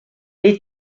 les